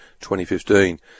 2015